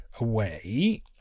Away